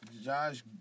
Josh